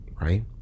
right